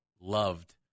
loved